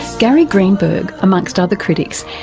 gary greenberg, amongst other critics,